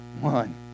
One